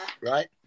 right